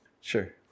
Sure